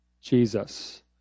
Jesus